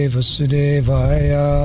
Vasudevaya